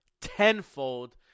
tenfold